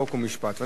חוק ומשפט נתקבלה.